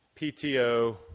PTO